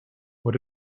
what